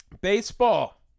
baseball